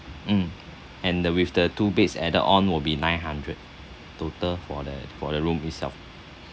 mm and the with the two beds added on will be nine hundred total for the for the room itself